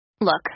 Look